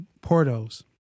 Porto's